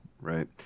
Right